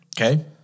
Okay